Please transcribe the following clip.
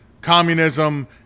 communism